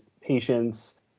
patients